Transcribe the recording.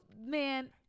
man-